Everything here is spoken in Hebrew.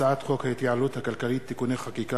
הצעת חוק ההתייעלות הכלכלית (תיקוני חקיקה